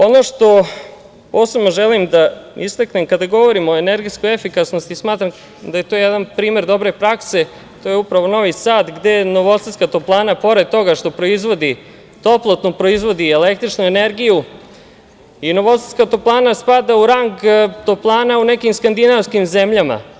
Ono što posebno želim da istaknem kada govorimo o energetskoj efikasnosti, smatram da je to jedan primer dobre prakse, to je upravo Novi Sad, gde Novosadska toplana, pored toga što proizvodi toplotnu, proizvodi električnu energiju i Novosadska toplana spada u rang toplana u nekim skandinavskim zemljama.